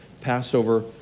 Passover